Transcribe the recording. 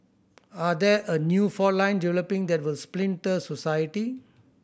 are there a new fault lines developing that will splinter society